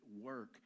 work